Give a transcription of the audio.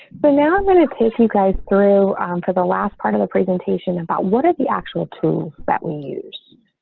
but now i'm going to take you guys through for the last part of the presentation about what are the actual tools that we use.